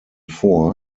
vor